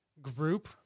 group